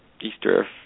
Easter